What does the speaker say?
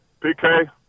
PK